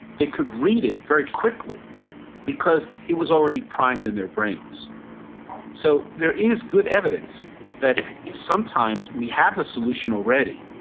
they could read it very quickly because it was already primed in their brains so there is good evidence that sometimes we have the solution already,